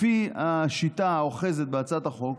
לפי השיטה האוחזת בהצעת החוק,